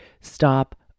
Stop